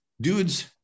Dudes